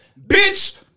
bitch